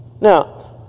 Now